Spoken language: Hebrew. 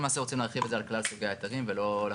אנחנו למעשה רוצים להרחיב את זה על כלל סוגי